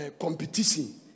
competition